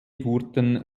wurden